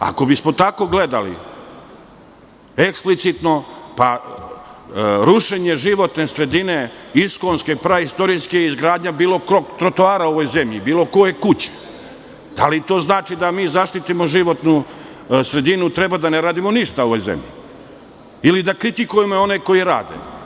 Ako bismo tako gledali eksplicitno, pa rušenje životne sredine, iskonske praistorijske izgradnje bilo kog trotoara u ovoj zemlji, bilo koje kuće, da li to znači da mi zaštitimo životnu sredinu i treba da ne radimo ništa u ovoj zemlji ili da kritikujemo one koji rade?